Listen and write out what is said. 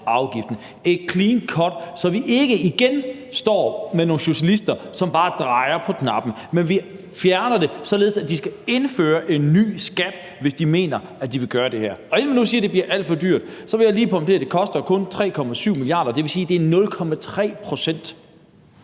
altså et clean cut, så vi ikke igen står med nogle socialister, som bare drejer på knappen, men så vi fjerner den, således at de skal indføre en ny skat, hvis de mener, at de vil gøre det her. Og inden man nu siger, at det bliver alt for dyrt, så vil jeg lige pointere, at det kun koster 3,7 mia. kr.; det vil sige, at det er 0,3 pct.